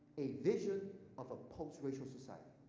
a vision of a post-racial society.